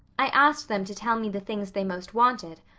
i asked them to tell me the things they most wanted.